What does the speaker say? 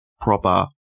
proper